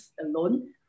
alone